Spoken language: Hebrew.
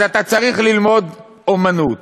אז אתה צריך ללמוד אומנות.